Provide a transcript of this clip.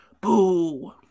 Boo